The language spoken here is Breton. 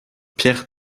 pezh